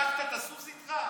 לקחת את הסוס איתך?